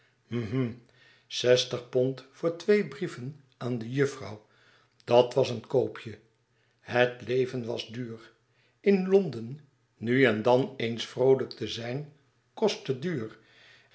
hm zestig pond voor twee brieven aan de juffrouw dat was een koopje het leven was duur in londen nu en dan eens vroolijk te zijn kostte duur